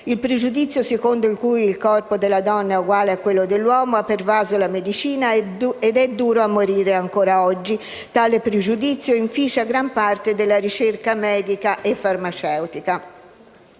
Il pregiudizio secondo cui il corpo della donna è uguale a quello dell'uomo ha pervaso la medicina ed è duro a morire. Ancora oggi tale pregiudizio inficia gran parte della ricerca medica e farmaceutica.